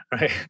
Right